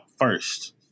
first